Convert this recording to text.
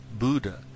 Buddha